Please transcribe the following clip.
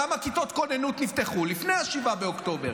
כמה כיתות כוננות נפתחו לפני 7 באוקטובר?